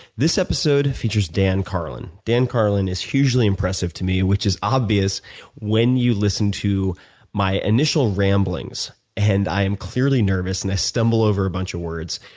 this episode features dan carlin. dan carlin is hugely impressive to me, which is obvious when you listen to my initial ramblings. and i'm clearly nervous and i stumble over a bunch of words,